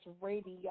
radio